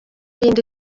linda